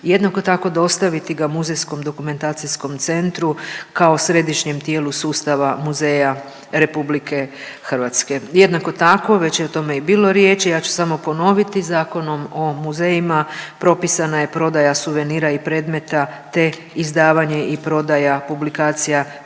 jednako tako dostaviti ga Muzejskom dokumentacijskom centru kao središnjem tijelu sustava muzeja RH. Jednako tako, već je o tome i bilo riječi, ja ću samo ponoviti, Zakonom o muzejima propisana je prodaja suvenira i predmeta, te izdavanje i prodaja publikacija koje